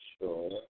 sure